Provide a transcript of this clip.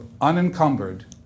unencumbered